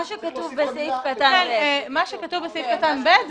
מה שכתוב בסעיף קטן (ב).